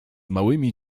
małymi